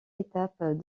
étape